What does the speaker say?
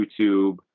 YouTube